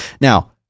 Now